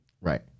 Right